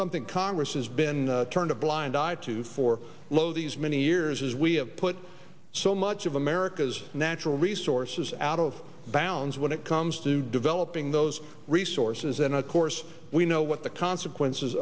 something congress has been turned a blind eye to for lo these many years as we have put so much of america's natural resources out of bounds when it comes to developing those resources and of course we know what the consequences